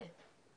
אני כאן.